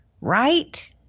Right